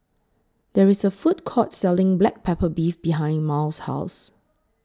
There IS A Food Court Selling Black Pepper Beef behind Mal's House